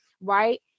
right